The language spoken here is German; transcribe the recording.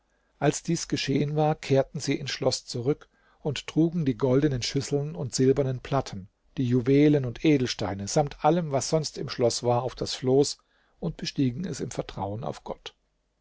als dies geschehen war kehrten sie ins schloß zurück und trugen die goldenen schüsseln und silbernen platten die juwelen und edelsteine samt allem was sonst im schloß war auf das floß und bestiegen es im vertrauen auf gott